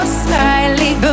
slightly